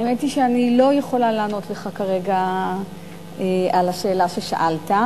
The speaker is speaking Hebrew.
האמת היא שאני לא יכולה לענות לך כרגע על השאלה ששאלת,